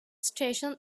station